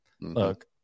look